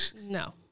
No